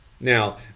Now